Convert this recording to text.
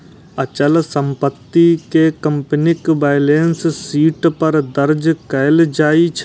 अचल संपत्ति कें कंपनीक बैलेंस शीट पर दर्ज कैल जाइ छै